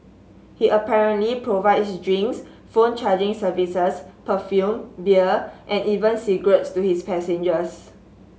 he apparently provides drinks phone charging services perfume beer and even cigarettes to his passengers